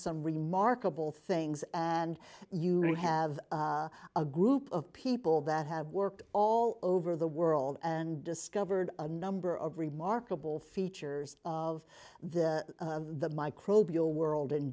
some remarkable things and you have a group of people that have worked all over the world and discovered a number of remarkable features of the the microbial world in